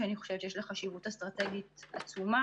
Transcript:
שאני חושבת שיש לה חשיבות אסטרטגית עצומה,